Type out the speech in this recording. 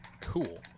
Cool